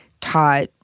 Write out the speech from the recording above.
taught